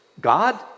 God